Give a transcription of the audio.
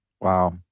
Wow